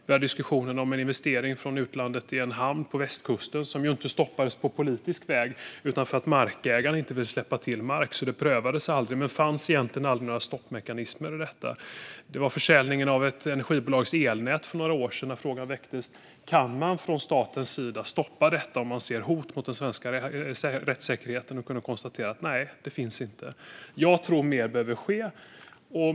Vi har diskussionen om en investering från utlandet i en hamn på västkusten, som inte stoppades på politisk väg utan för att markägaren inte ville släppa till mark. Det prövades alltså aldrig, men det fanns egentligen aldrig några stoppmekanismer i detta. Vi har försäljningen av ett energibolags elnät för några år sedan, som väckte frågan om huruvida man från statens sida kan stoppa detta om man ser hot mot den svenska rättssäkerheten. Vi kunde konstatera att det inte finns sådana möjligheter. Jag tror att mer behöver ske.